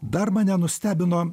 dar mane nustebino